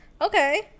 okay